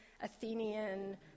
Athenian